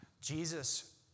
Jesus